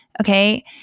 Okay